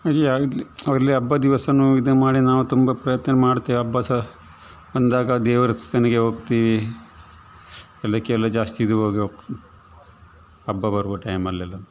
ಈ ಇಲ್ಲಿ ಹಬ್ಬದ ದಿವಸನು ಇದು ಮಾಡಿ ನಾವು ತುಂಬ ಪ್ರಾರ್ಥನೆ ಮಾಡ್ತೇವೆ ಹಬ್ಬ ಸಹ ಬಂದಾಗ ದೇವರ ಸನ್ನಿಗೆ ಹೋಗ್ತಿವಿ ಅಲ್ಲಿಗೆಲ ಜಾಸ್ತಿ ಇದು ಹೋಗಿ ಹಬ್ಬ ಬರುವ ಟೈಮಲೆಲ್ಲ